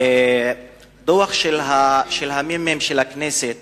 דוח של הממ"מ של הכנסת